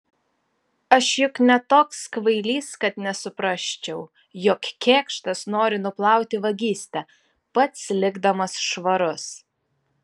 aš juk ne toks kvailys kad nesuprasčiau jog kėkštas nori nuplauti vagystę pats likdamas švarus